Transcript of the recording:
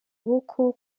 kuboko